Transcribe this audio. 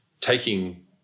taking